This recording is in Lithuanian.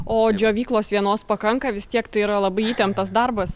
o džiovyklos vienos pakanka vis tiek tai yra labai įtemptas darbas